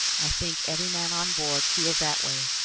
i think every man on board feels that way,